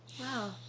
Wow